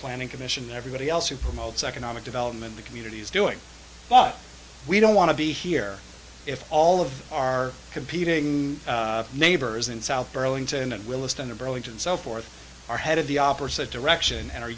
planning commission and everybody else who promotes economic development the community is doing but we don't want to be here if all of our competing neighbors in south burlington and williston of burlington so forth are headed the opposite direction and are